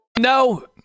No